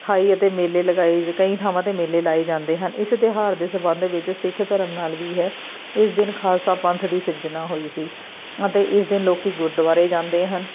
ਖਾਈ ਅਤੇ ਮੇਲੇ ਲਗਾਏ ਕਈ ਥਾਵਾਂ 'ਤੇ ਮੇਲੇ ਲਾਏ ਜਾਂਦੇ ਹਨ ਇਸ ਤਿਉਹਾਰ ਦੇ ਸੰਬੰਧ ਵਿੱਚ ਸਿੱਖ ਧਰਮ ਨਾਲ ਵੀ ਹੈ ਇਸ ਦਿਨ ਖਾਲਸਾ ਪੰਥ ਦੀ ਸਿਰਜਣਾ ਹੋਈ ਸੀ ਅਤੇ ਇਸ ਦਿਨ ਲੋਕ ਗੁਰਦੁਆਰੇ ਜਾਂਦੇ ਹਨ